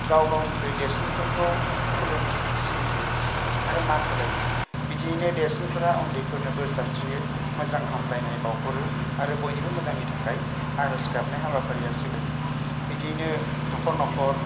गाव गावनिख्रुइ देरसिनफोरखौ खुलुमो सिबियो आरो मान होलायो बिदियैनो देरसिनफोरा उन्दैफोरनो बोर सारस्रियो मोजां हामलायनाय बावहरो आरो बयनिबो मोजांनि थाखाय आरज गाबनाय हाबाफारिया सोलायो बिदियैनो नखर नखर